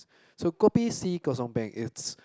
so kopi C kosong peng is